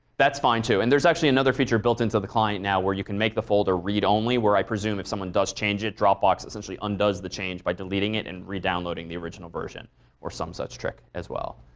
that's fine too. and there's actually another feature built into the client now where you can make the folder read-only where i presume if someone does change it, dropbox essentially undoes the change by deleting it and re-downloading the original version or some such trick as well.